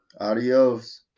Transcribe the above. Adios